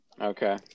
Okay